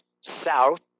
south